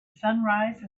sunrise